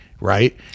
right